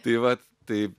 tai vat tai